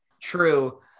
true